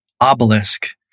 obelisk